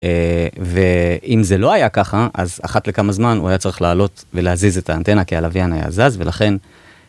ואם זה לא היה ככה אז אחת לכמה זמן הוא היה צריך לעלות ולהזיז את האנטנה כי הלוויין היה זז ולכן.